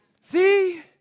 See